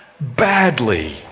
Badly